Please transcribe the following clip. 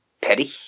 petty